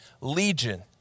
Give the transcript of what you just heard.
legion